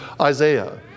Isaiah